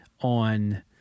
on